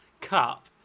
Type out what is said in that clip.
cup